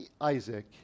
Isaac